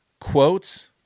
quotes